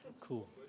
Cool